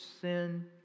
sin